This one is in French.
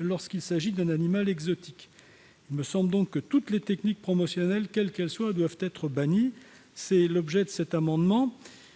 lorsqu'il s'agit d'un animal exotique. Il me semble donc que toutes les techniques promotionnelles, quelles qu'elles soient, doivent être bannies : tel est l'objet de cet amendement,